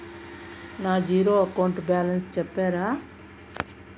నా zero account balance సెప్తారా?